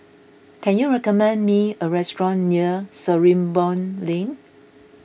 can you recommend me a restaurant near Sarimbun Lane